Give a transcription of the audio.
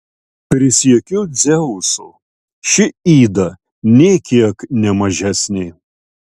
prisiekiu dzeusu ši yda nė kiek ne mažesnė